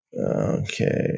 Okay